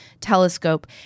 telescope